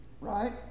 Right